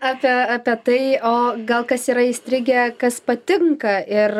apie apie tai o gal kas yra įstrigę kas patinka ir